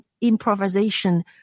improvisation